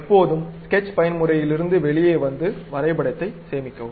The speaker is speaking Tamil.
எப்போதும் ஸ்கெட்ச் பயன்முறையிலிருந்து வெளியே வந்து வரைபடத்தை சேமிக்கவும்